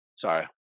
Sorry